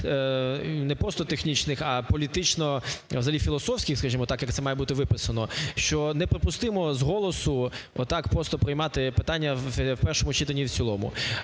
не просто технічних, а політично… взагалі філософських, скажімо так, як це має бути виписано, що неприпустимо з голосу отак просто приймати питання в першому читанні і в цілому.